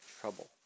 trouble